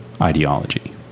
ideology